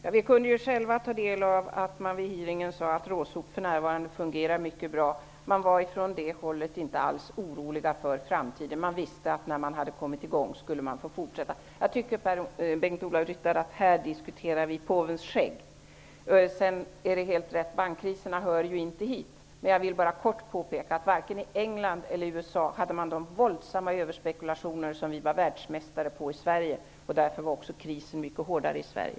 Herr talman! Vi kunde själva höra att man vid hearingen sade att RÅSOP för närvarande fungerar mycket bra. Man var från det hållet inte alls orolig för framtiden. Man visste att man skulle få fortsätta när man hade kommit i gång. Jag tycker, Bengt-Ola Ryttar, att vi här diskuterar påvens skägg. Det är riktigt att bankkrisen inte hör hit. Men jag vill helt kort påpeka att man varken i England eller i USA hade de våldsamma överspekulationer som vi var världsmästare på i Sverige. Därför var krisen också mycket svårare i Sverige.